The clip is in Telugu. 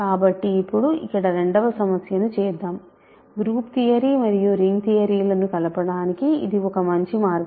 కాబట్టి ఇప్పుడు ఇక్కడ రెండవ సమస్యను చేద్దాం గ్రూప్ థియరీ మరియు రింగ్ థియరీ లను కలపడానికి ఇది ఒక మంచి మార్గం